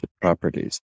properties